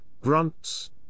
grunts